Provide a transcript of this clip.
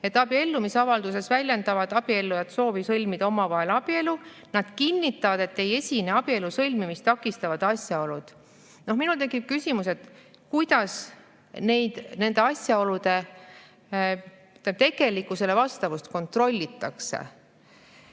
et abiellumisavalduses väljendavad abiellujad soovi sõlmida omavahel abielu ning nad kinnitavad, et ei esine abielu sõlmimist takistavaid asjaolusid. Minul tekib küsimus, kuidas nende asjaolude tegelikkusele vastavust kontrollitakse.